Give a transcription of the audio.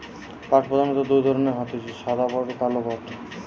পাট প্রধানত দুই ধরণের হতিছে সাদা পাট আর কালো পাট